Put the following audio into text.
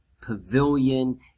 pavilion